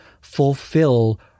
fulfill